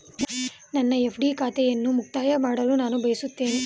ನನ್ನ ಎಫ್.ಡಿ ಖಾತೆಯನ್ನು ಮುಕ್ತಾಯ ಮಾಡಲು ನಾನು ಬಯಸುತ್ತೇನೆ